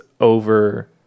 over